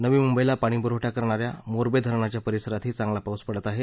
नवी मुंबईला पाणी पुरवठा करणा या मोरबे धरणाच्या परिसरातही चांगला पाऊस पडत आहे